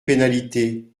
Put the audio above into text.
pénalités